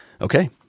Okay